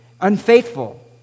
unfaithful